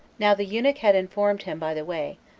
now the eunuch had informed him by the way,